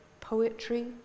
poetry